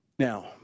Now